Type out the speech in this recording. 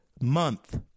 month